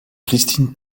christine